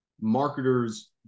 marketers